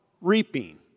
reaping